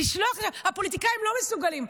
הפוליטיקאים לא מסוגלים.